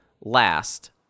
last